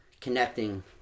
connecting